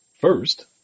First